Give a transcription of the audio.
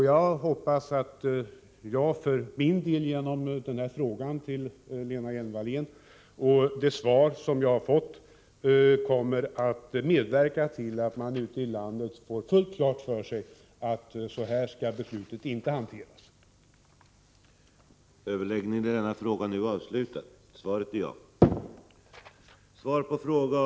Jag hoppas att jag för min del, genom den här frågan till Lena Hjelm-Wallén och det svar som jag har fått, kommer att medverka till att man ute i landet får fullt klart för sig att sådana här ärenden inte skall hanteras så som skett.